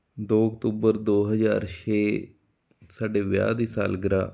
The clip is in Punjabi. ਦੋ ਅਕਤੂਬਰ ਦੋ ਹਜ਼ਾਰ ਛੇ ਸਾਡੇ ਵਿਆਹ ਦੀ ਸਾਲਗਿਰਾ